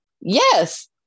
Yes